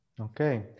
Okay